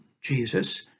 Jesus